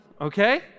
okay